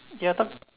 ya I thought